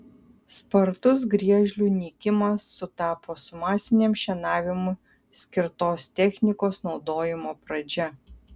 spartus griežlių nykimas sutapo su masiniam šienavimui skirtos technikos naudojimo pradžia